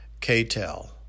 KTEL